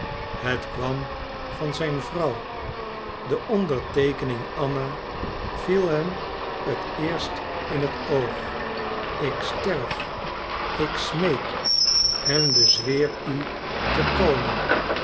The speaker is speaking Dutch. het kwam van zijn vrouw de onderteekening anna viel hem het eerst in het oog ik sterf ik smeek en bezweer u te komen